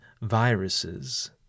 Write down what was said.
viruses